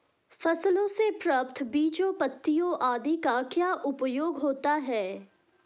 फसलों से प्राप्त बीजों पत्तियों आदि का क्या उपयोग होता है?